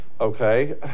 Okay